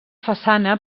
façana